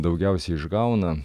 daugiausiai išgauna